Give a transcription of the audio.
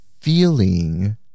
feeling